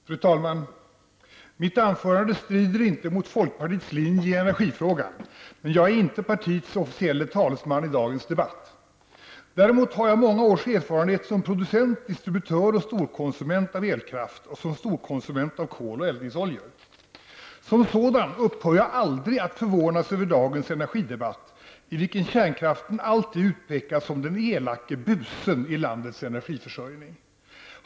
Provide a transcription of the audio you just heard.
Fru talman! Mitt anförande strider inte mot folkpartiets linje i energifrågan, men jag är inte partiets officielle talesman i dagens debatt. Däremot har jag många års erfarenhet som producent, distributör och storkonsument av elkraft och som storkonsument av kol och eldningsoljor. Mot den bakgrunden upphör jag aldrig att förvånas över dagens energidebatt, i vilken kärnkraften alltid utpekas som den elake busen i landets energiförsörjning.